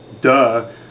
Duh